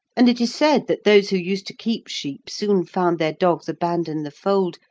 and it is said that those who used to keep sheep soon found their dogs abandon the fold,